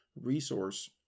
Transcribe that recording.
resource